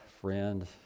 friend